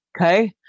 okay